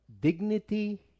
dignity